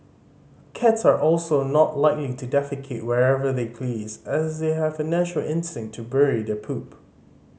cats are also not likely to defecate wherever they please as they have a natural instinct to bury their poop